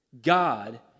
God